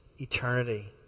eternity